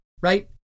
right